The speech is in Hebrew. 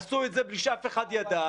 עשו את זה בלי שאף אחד ידע,